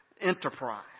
enterprise